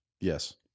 Yes